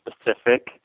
specific